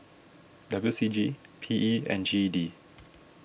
W C G P E and G E D